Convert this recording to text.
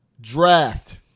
draft